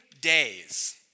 days